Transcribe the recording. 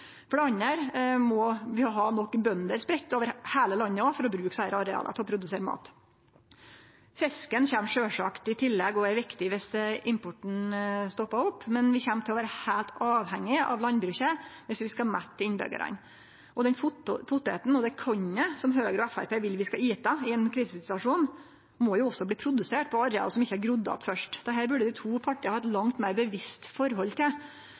for å bruke desse areala til å produsere mat. Fisken kjem sjølvsagt i tillegg og er viktig viss importen stoppar opp, men vi kjem til å vere heilt avhengige av landbruket viss vi skal mette innbyggjarane. Og den poteten og det kornet som Høgre og Framstegspartiet vil vi skal ete i ein krisesituasjon, må jo også bli produsert på areal som ikkje først har grodd att. Dette burde dei to partia ha eit langt meir bevisst forhold til.